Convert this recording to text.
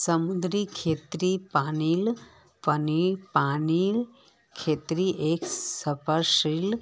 समुद्री खेती पानीर खेतीर एक स्पेशल